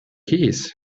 keys